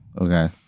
Okay